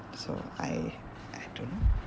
so I I don't know